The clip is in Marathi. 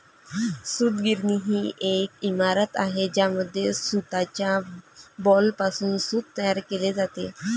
सूतगिरणी ही एक इमारत आहे ज्यामध्ये सूताच्या बॉलपासून सूत तयार केले जाते